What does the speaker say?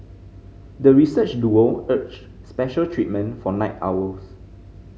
the research duo urged special treatment for night owls